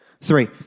three